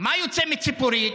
מה יוצא מציפורית?